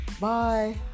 bye